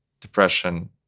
depression